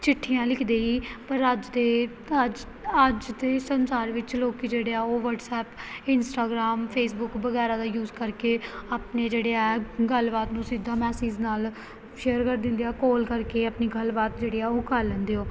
ਚਿੱਠੀਆਂ ਲਿਖਦੇ ਸੀ ਪਰ ਅੱਜ ਦੇ ਅੱਜ ਅੱਜ ਦੇ ਸੰਸਾਰ ਵਿੱਚ ਲੋਕ ਜਿਹੜੇ ਆ ਉਹ ਵਟਸਐਪ ਇੰਸਟਾਗ੍ਰਾਮ ਫੇਸਬੁੱਕ ਵਗੈਰਾ ਦਾ ਯੂਜ ਕਰਕੇ ਆਪਣੇ ਜਿਹੜੇ ਆ ਗੱਲਬਾਤ ਨੂੰ ਸਿੱਧਾ ਮੈਸਜ ਨਾਲ ਸ਼ੇਅਰ ਕਰ ਦਿੰਦੇ ਆ ਕੋਲ ਕਰ ਕੇ ਆਪਣੀ ਗੱਲਬਾਤ ਜਿਹੜੀ ਆ ਉਹ ਕਰ ਲੈਂਦੇ ਉਹ